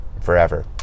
forever